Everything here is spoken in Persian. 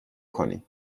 کنی